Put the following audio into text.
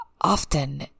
often